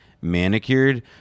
manicured